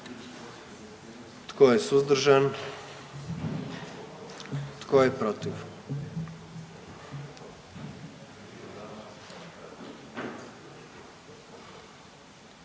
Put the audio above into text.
Tko je suzdržan? I tko je protiv?